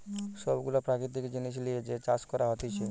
সব গুলা প্রাকৃতিক জিনিস লিয়ে যে চাষ করা হতিছে